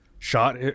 shot